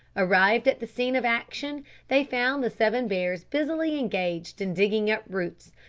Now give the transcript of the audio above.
arrived at the scene of action they found the seven bears busily engaged in digging up roots,